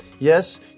yes